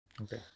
Okay